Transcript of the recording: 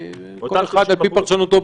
כל אחד על פי פרשנותו.